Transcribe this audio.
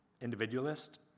individualist